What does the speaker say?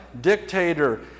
dictator